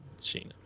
Sheena